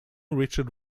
richard